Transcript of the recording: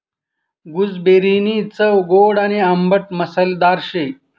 गूसबेरीनी चव गोड आणि आंबट मसालेदार शे